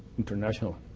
internationally